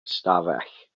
ystafell